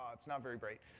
ah not very bright.